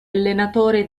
allenatore